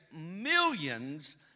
millions